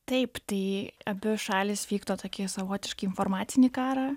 taip tai abi šalys vykdo tokį savotiškai informacinį karą